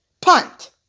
Punt